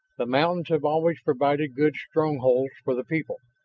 the mountains have always provided good strongholds for the people.